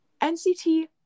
NCT